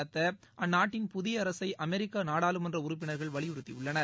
நடத்தஅந்நாட்டின் புதிய அரசை அமெரிக்கநாடாளுமன்ற உறுப்பினர்கள் வலியுறுத்தியுள்ளனர்